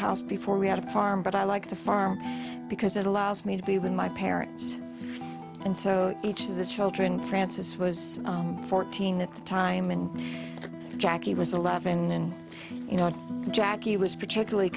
house before we had a farm but i like the farm because it allows me to be with my parents and each of the children francis was fourteen the time and jackie was eleven you know jackie was particularly